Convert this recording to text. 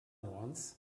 ones